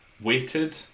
weighted